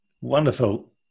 wonderful